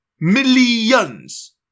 Millions